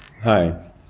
Hi